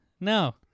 no